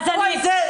כולם.